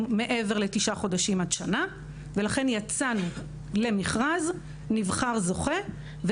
מעבר לתשעה חודשים עד שנה ולכן יצאנו למכרז ונבחר זוכה.